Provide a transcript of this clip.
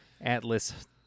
Atlas